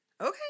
Okay